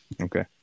okay